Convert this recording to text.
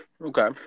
okay